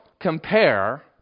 compare